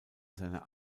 seiner